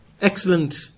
excellent